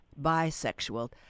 Bisexual